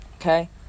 Okay